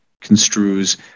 construes